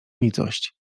nicość